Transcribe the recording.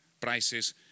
prices